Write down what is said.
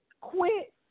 quit